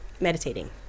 meditating